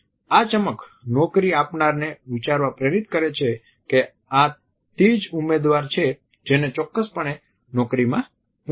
આ ચમક નોકરી આપનારને વિચારવા પ્રેરિત કરે છે કે આ તે ઉમેદવાર છે જેને ચોક્કસપણે નોકરીમાં રસ છે